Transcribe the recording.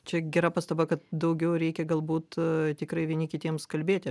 čia gera pastaba kad daugiau reikia galbūt tikrai vieni kitiems kalbėti